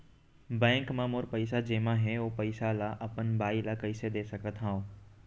Bank म मोर पइसा जेमा हे, ओ पइसा ला अपन बाई ला कइसे दे सकत हव?